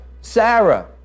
Sarah